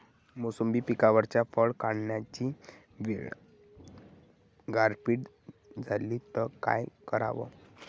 मोसंबी पिकावरच्या फळं काढनीच्या वेळी गारपीट झाली त काय कराव?